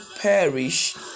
perish